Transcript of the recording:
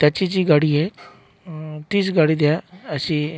त्याची जी गाडी आहे तीच गाडी द्या अशी